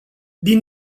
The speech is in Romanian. din